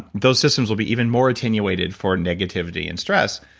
those systems will be even more insinuated for negativity and stress.